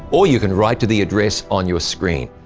or you can write to the address on your screen.